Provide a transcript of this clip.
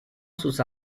sus